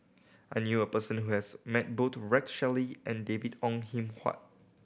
i knew a person who has met both Rex Shelley and David Ong Kim Huat